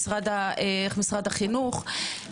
משרד החינוך,